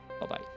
Bye-bye